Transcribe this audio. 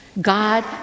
God